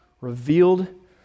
revealed